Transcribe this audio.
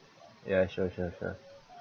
ya sure sure sure